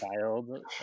Child